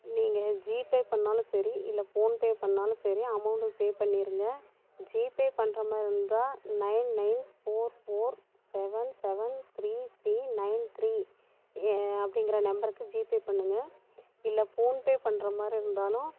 நீங்கள் ஜிபே பண்ணாலும் சரி இல்லை ஃபோன்பே பண்ணாலும் சரி அமௌண்டு பே பண்ணிவிடுங்க ஜிபே பண்ணுற மாதிரி இருந்தா nine nine four four seven seven three three nine three அப்படிங்குற நம்பருக்கு ஜிபே பண்ணுங்கள் இல்லை ஃபோன்பே பண்ணுற மாதிரி இருந்தாலும்